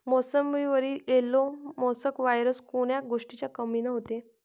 मोसंबीवर yellow mosaic virus कोन्या गोष्टीच्या कमीनं होते?